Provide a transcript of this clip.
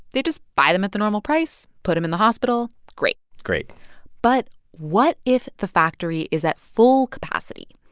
they just buy them at the normal price, put them in the hospital great great but what if the factory is at full capacity?